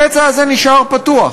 הפצע הזה נשאר פתוח.